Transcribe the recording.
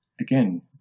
again